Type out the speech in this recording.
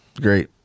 Great